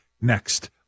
next